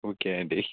okay అండి